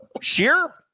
sheer